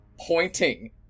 pointing